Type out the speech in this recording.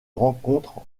rencontre